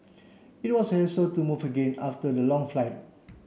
it was a hassle to move again after the long flight